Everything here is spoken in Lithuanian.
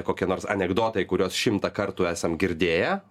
kokie nors anekdotai kuriuos šimtą kartų esam girdėję